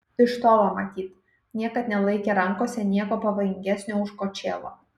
iš tolo matyt niekad nelaikė rankose nieko pavojingesnio už kočėlą